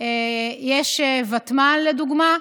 יש ותמ"ל, לדוגמה,